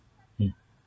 mm